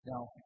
Now